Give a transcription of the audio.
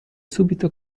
subito